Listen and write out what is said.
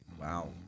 Wow